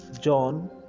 John